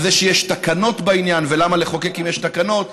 על זה שיש תקנות בעניין ולמה לחוקק אם יש תקנות.